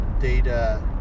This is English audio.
data